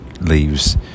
leaves